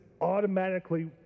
automatically